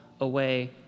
away